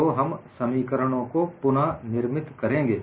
तो हम समीकरणों को पुनः निर्मित करेंगे